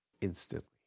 instantly